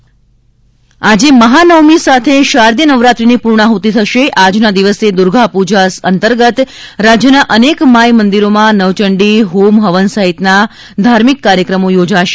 નવરાત્રિ આજે મહાનવમી સાથે શારદીય નવરાત્રિની પૂર્ણાહૃતિ થશે આજના દિવસે દુર્ગાપૂજા અંતર્ગત રાજ્યના અનેક માઇકમંદિરોમાં નવચંડી હોમ હવન સહિતના કાર્યક્રમો યોજાશે